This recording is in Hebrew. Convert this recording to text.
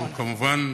הוא כמובן,